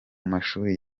mashuri